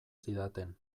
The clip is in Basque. zidaten